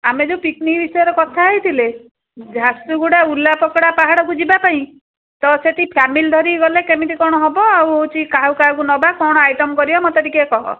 ଆମେ ଯେଉଁ ପିକ୍ନିକ୍ ବିଷୟରେ କଥା ହେଇଥିଲେ ଝାରସୁଗୁଡ଼ା ଉଲା ପକଡ଼ା ପାହାଡ଼କୁ ଯିବା ପାଇଁ ତ ସେଇଠି ଫ୍ୟାମିଲି ଧରି ଗଲେ କେମିତି କ'ଣ ହବ ଆଉ ହେଉଛି କାହାକୁ କାହାକୁ ନବା କ'ଣ ଆଇଟମ୍ କରିବ ମତେ ଟିକେ କହ